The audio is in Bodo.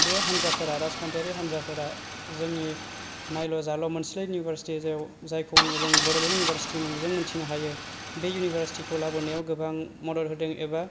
बे हान्जाफोरा राजखान्थियारि हान्जाफोरा जोंनि नायल' जाल' मोनसेल' इउनिभारसिटि जेराव जायखौ बुङो जों बड'लेण्ड एउनिभारसिटि मुंजों मोनथिनो हायो बे इउनिभारसिटिखौ लाबोनायाव गोबां मदद होदों एबा